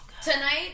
Tonight